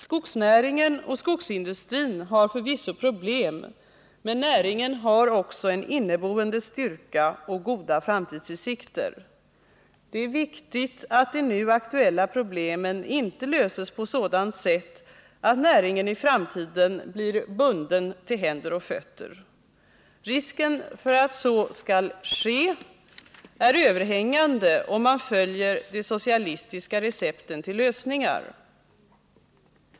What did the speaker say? Skogsnäringen och skogsindustrin har förvisso problem, men näringen har också en inneboende styrka och goda framtidsutsikter. Det är viktigt att de nu aktuella problemen inte löses på sådant sätt att näringen i framtiden blir bunden till händer och fötter. Risken för att så skall ske blir överhängande, om man följer de socialistiska recepten till lösningar.